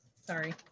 Sorry